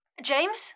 james